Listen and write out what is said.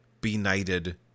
benighted